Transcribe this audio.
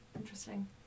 Interesting